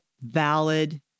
valid